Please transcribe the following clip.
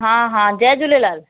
हा हा जय झूलेलाल